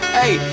hey